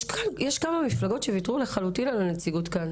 יש כמה מפלגות שוויתרו לחלוטין על הנציגות כאן.